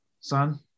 son